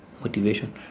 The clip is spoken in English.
motivation